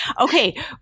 Okay